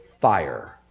fire